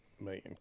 million